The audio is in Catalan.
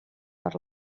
per